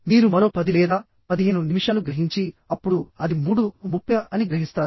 మీరు మరో 10 లేదా 15 నిమిషాలు గ్రహించి అప్పుడు అది 330 అని గ్రహిస్తారు